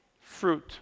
Fruit